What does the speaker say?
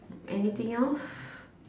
anything else